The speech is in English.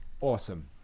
awesome